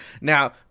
Now